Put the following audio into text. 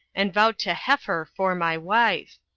and vowed to heifer for my wife.